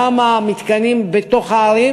גם המתקנים בתוך הערים,